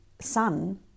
son